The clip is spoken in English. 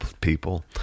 people